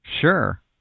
Sure